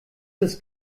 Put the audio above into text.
ist